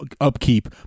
upkeep